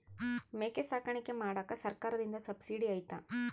ಮೇಕೆ ಸಾಕಾಣಿಕೆ ಮಾಡಾಕ ಸರ್ಕಾರದಿಂದ ಸಬ್ಸಿಡಿ ಐತಾ?